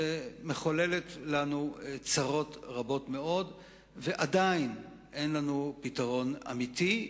שמחוללת לנו צרות רבות מאוד ועדיין אין לנו פתרון אמיתי.